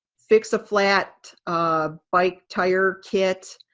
fix-a-flat bike tire kit.